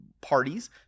parties